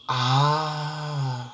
ah